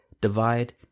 divide